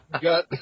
got